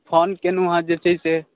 phone कयलहुँ हँ जे छै से